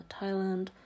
Thailand